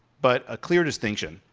but a clear distinction.